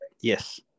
Yes